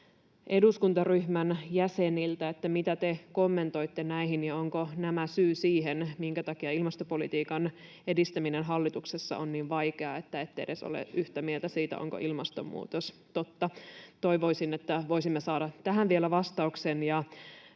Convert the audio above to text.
eduskuntaryhmän jäseniltä, mitä te kommentoitte näihin ja ovatko nämä syy siihen, minkä takia ilmastopolitiikan edistäminen hallituksessa on niin vaikeaa, että ette edes ole yhtä mieltä siitä, onko ilmastonmuutos totta. Toivoisin, että voisimme saada tähän vielä vastauksen